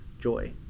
joy